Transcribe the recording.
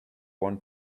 one